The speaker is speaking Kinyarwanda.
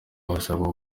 barasabwa